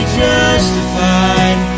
justified